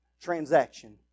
transaction